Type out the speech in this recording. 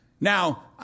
Now